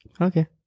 Okay